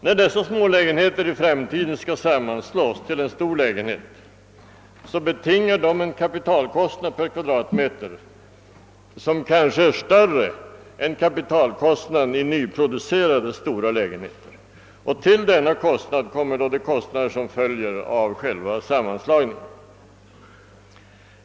När två sådana smålägenheter i framtiden skall sammanslås till en stor kommer kapitalkostnaden per kvadratmeter kanske att vara större än kapitalkostnaden i nyproducerade stora lägenheter. Till denna kostnad kommer också de kostnader som följer av själva sammanslagningen.